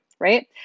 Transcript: Right